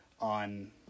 on